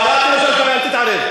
קראתי לו שלוש פעמים.